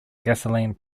gasoline